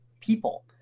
people